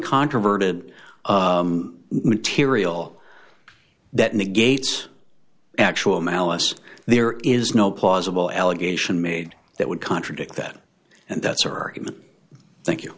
uncontroverted material that negates actual malice there is no plausible allegation made that would contradict that and that's or thank you